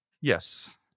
Yes